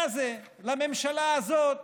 מה זה, בממשלה הזאת